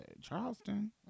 charleston